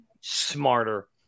smarter